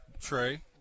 Trey